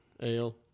ale